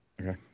Okay